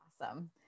Awesome